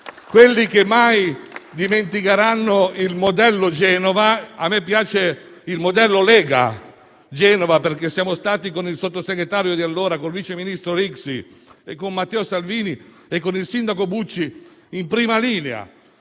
quelli che mai dimenticheranno il modello Genova: a me piace parlare di modello Lega Genova, perché con il Sottosegretario di allora, con il vice ministro Rixi, con Matteo Salvini e con il sindaco Bucci siamo stati in prima linea.